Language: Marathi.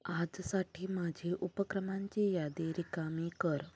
आजसाठी माझी उपक्रमांची यादी रिकामी कर